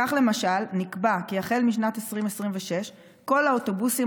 כך למשל נקבע כי החל משנת 2026 כל האוטובוסים